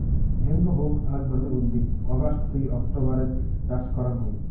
hemp হউক আক ধরণের উদ্ভিদ অগাস্ট থুই অক্টোবরের চাষ করাং হই